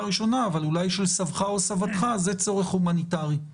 ראשונה אבל אולי של סבך או סבתך זה צורך הומניטרי.